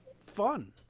fun